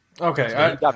Okay